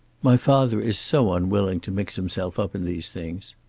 my father is so unwilling to mix himself up in these things.